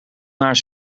naar